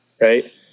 Right